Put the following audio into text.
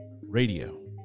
radio